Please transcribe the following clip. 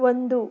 ಒಂದು